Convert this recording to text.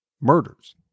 murders